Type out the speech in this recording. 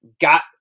got